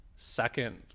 second